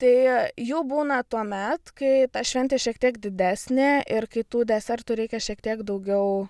tai jų būna tuomet kai ta šventė šiek tiek didesnė ir kai tų desertų reikia šiek tiek daugiau